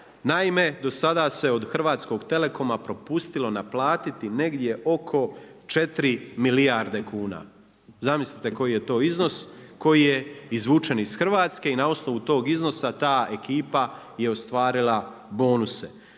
Naime, do sada se od Hrvatskog telekoma propustilo naplatiti negdje oko 4 milijarde kuna. Zamislite koji je to iznos koji je izvučen iz Hrvatske i na osnovu tog iznosa ta ekipa je ostvarila bonuse.